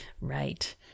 right